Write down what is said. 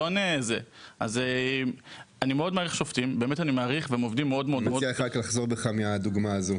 אני רק מציע לך לחזור בך מהדוגמה הזו.